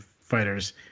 fighters